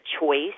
choice